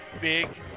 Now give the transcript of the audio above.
big